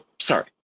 Sorry